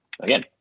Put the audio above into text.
Again